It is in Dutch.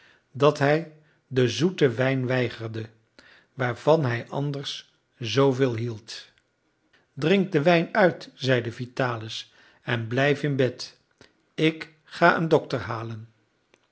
dat hij den zoeten wijn weigerde waarvan hij anders zooveel hield drink den wijn uit zeide vitalis en blijf in bed ik ga een dokter halen